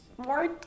More